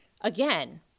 again